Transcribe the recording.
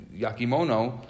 Yakimono